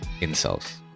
insults